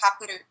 happy